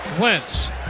Wentz